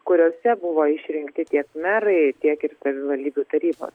kuriose buvo išrinkti tiek merai tiek ir savivaldybių tarybos